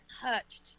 touched